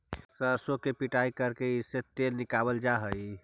सरसों की पिड़ाई करके इससे तेल निकावाल जा हई